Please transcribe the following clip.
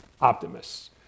optimists